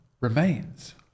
remains